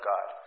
God